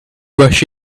rush